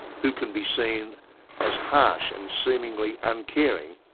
who can be seen as harsh and seemingly uncaring